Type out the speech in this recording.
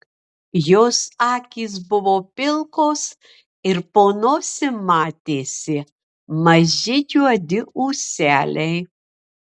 jos akys buvo pilkos ir po nosim matėsi maži juodi ūseliai